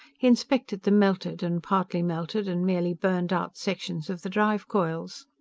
he inspected the melted, and partly-melted, and merely burned-out sections of the drive coils.